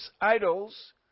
idols